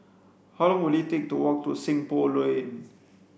how long will it take to walk to Seng Poh Lane